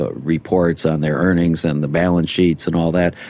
ah reports on their earnings and the balance sheets and all that.